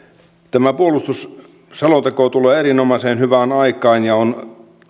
tämä puolustusselonteko tulee erinomaisen hyvään aikaan ja on